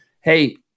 Hey